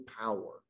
power